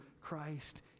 Christ